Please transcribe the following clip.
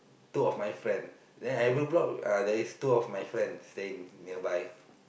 two of my friend then every block uh there is two of my friend staying nearby